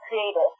creative